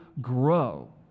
grow